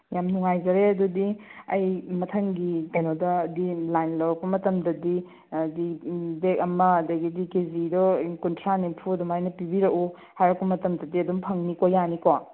ꯌꯥꯝ ꯅꯨꯡꯉꯥꯏꯖꯔꯦ ꯑꯗꯨꯗꯤ ꯑꯩ ꯃꯊꯪꯒꯤ ꯀꯩꯅꯣꯗꯒꯤ ꯂꯥꯏꯟ ꯂꯧꯔꯛꯄ ꯃꯇꯝꯗꯗꯤ ꯍꯥꯏꯕꯗꯤ ꯕꯦꯛ ꯑꯃ ꯑꯗꯒꯤꯗꯤ ꯀꯦ ꯖꯤꯗ ꯀꯨꯟꯊ꯭ꯔꯥ ꯅꯤꯐꯨ ꯑꯗꯨꯃꯥꯏꯅ ꯄꯤꯕꯤꯔꯛꯎ ꯍꯥꯏꯔꯛꯄ ꯃꯇꯝꯗꯗꯤ ꯑꯗꯨꯝ ꯐꯪꯅꯤꯀꯣ ꯌꯥꯅꯤꯀꯣ